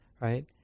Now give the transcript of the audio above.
right